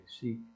Seek